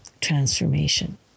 transformation